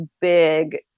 big